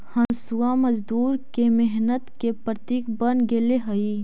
हँसुआ मजदूर के मेहनत के प्रतीक बन गेले हई